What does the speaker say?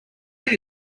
need